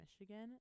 Michigan